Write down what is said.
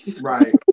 Right